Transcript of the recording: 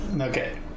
Okay